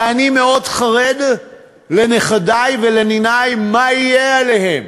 ואני מאוד חרד לנכדי ולניני, מה יהיה עליהם,